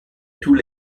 tous